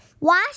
Wash